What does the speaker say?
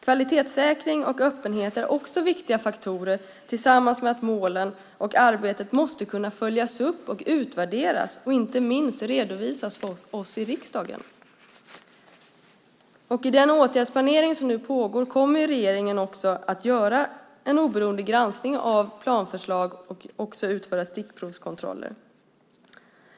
Kvalitetssäkring och öppenhet är också viktiga faktorer tillsammans med att målen och arbetet måste kunna följas upp och utvärderas och inte minst redovisas för oss i riksdagen. I den åtgärdsplanering som nu pågår kommer regeringen också att göra en oberoende granskning av planförslagen och utföra stickprovskontroller.